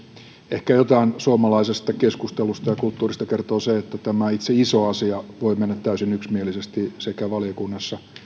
ehkä jotain suomalaisesta keskustelusta ja kulttuurista kertoo se että tämä itse iso asia voi mennä täysin yksimielisesti sekä valiokunnassa